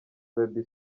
baby